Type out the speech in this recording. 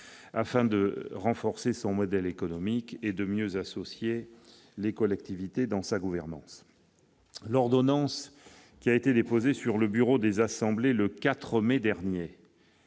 afin de renforcer son modèle économique et mieux associer les collectivités dans sa gouvernance. L'ordonnance déposée sur le bureau des assemblées le 4 mai dernier